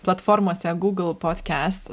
platformose google podcast